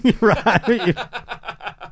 Right